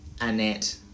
Annette